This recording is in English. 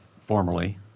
formerly